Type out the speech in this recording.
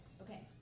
Okay